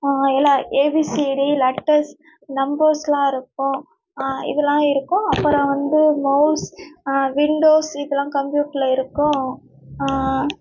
எல்லா ABCD letters நம்பர்ஸெலாம் இருக்கும் இதெலாம் இருக்கும் அப்புறோம் வந்து மவுஸ் விண்டோஸ் சீக்குலாம் கம்ப்யூட்டில் இருக்கும்